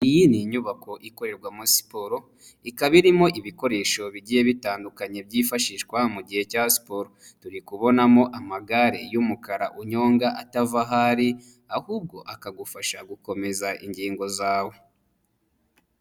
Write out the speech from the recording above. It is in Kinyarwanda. Iyi ni inyubako ikorerwamo siporo, ikaba irimo ibikoresho bigiye bitandukanye byifashishwa mu gihe cya siporo. Turi kubonamo amagare y'umukara unyonga atava aho ari, ahubwo akagufasha gukomeza ingingo zawe.